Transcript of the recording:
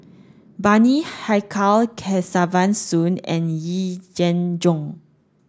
Bani Haykal Kesavan Soon and Yee Jenn Jong